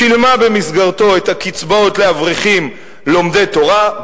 שילמו במסגרתו את הקצבאות לאברכים לומדי תורה,